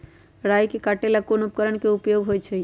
राई के काटे ला कोंन उपकरण के उपयोग होइ छई?